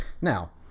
Now